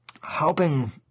helping